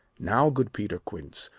now, good peter quince,